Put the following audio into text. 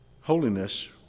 Holiness